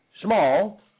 small